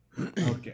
Okay